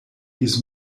his